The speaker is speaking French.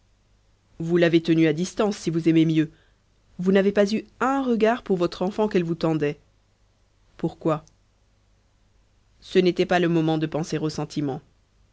vous l'avez tenue à distance si vous aimez mieux vous n'avez pas eu un regard pour votre enfant qu'elle vous tendait pourquoi ce n'était pas le moment de penser au sentiment